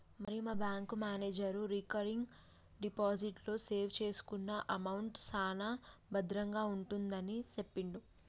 మరి మా bank manager recurring deposit లో సేవ్ చేసుకున్న అమౌంట్ సాన భద్రంగా ఉంటుందని సెప్పిండు